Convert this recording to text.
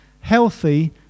Healthy